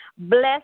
Bless